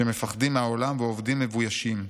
שמפחדים מהעולם ועומדים מבוישים.